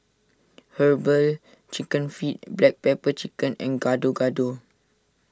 Herbal Chicken Feet Black Pepper Chicken and Gado Gado